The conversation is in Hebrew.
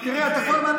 הכול יחסי במספרים,